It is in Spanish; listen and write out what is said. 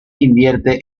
invierte